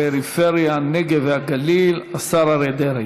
הפריפריה, הנגב והגליל, השר אריה דרעי.